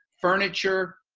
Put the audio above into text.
furniture,